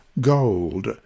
gold